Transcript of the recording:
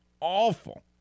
Awful